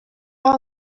ale